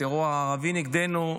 הטרור הערבי נגדנו,